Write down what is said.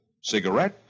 Cigarette